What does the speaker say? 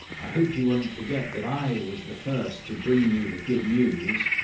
i hope you won't forget that i was the first to bring you the good news.